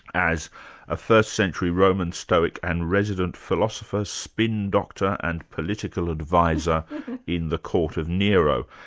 as a first century roman stoic and resident philosopher, spin doctor and political adviser in the court of nero.